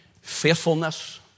faithfulness